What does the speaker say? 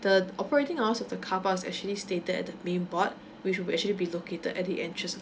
the operating hours of the carparks is actually stated at the main board which will actually be located at the entrance